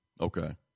Okay